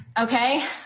okay